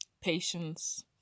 patience